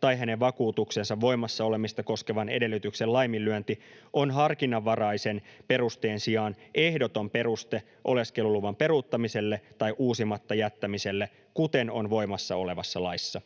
tai hänen vakuutuksensa voimassa olemista koskevan edellytyksen laiminlyönti on harkinnanvaraisen perusteen sijaan ehdoton peruste oleskeluluvan peruuttamiselle tai uusimatta jättämiselle, kuten on voimassa olevassa laissa.